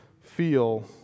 feel